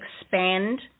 expand